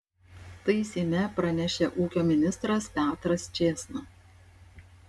tai seime pranešė ūkio ministras petras čėsna